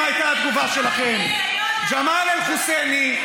מה הייתה התגובה שלכם: ג'מאל אל-חוסייני,